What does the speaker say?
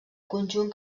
conjunt